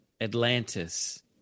Atlantis